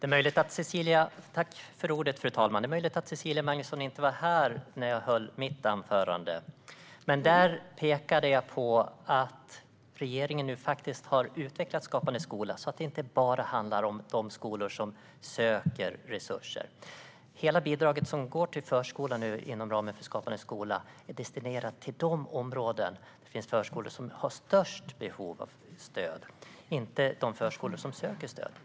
Fru talman! Det är möjligt att Cecilia Magnusson inte var här när jag höll mitt anförande. Där pekade jag på att regeringen nu faktiskt har utvecklat Skapande skola, så att det inte bara handlar om de skolor som söker resurser. Hela det bidrag som nu går till förskolan inom ramen för Skapande skola är destinerat till de områden där de förskolor som har störst behov av stöd finns och inte till de förskolor som söker stöd.